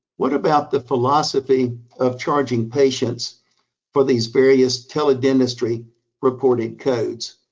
what about the philosophy of charging patients for these various tele-dentistry reported codes?